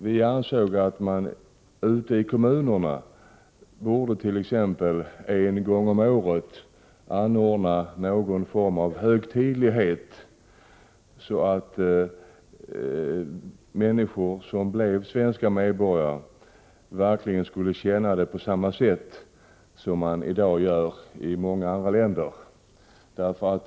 Vi ansåg att man ute i kommunerna borde t.ex. en gång om året kunna anordna någon form av ceremoni, så att människor som blivit svenska medborgare skulle kunna känna på samma sätt som i andra länder.